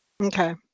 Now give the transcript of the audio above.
Okay